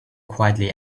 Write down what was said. quietly